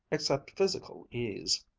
except physical ease.